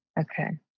Okay